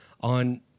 On